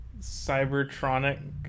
Cybertronic